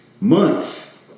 months